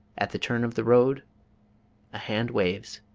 at the turn of the road a hand waves